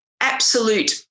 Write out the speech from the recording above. absolute